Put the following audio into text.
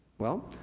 well,